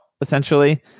essentially